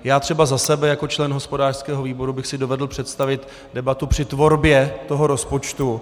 Já třeba za sebe jako člen hospodářského výboru bych si dovedl představit debatu při tvorbě toho rozpočtu.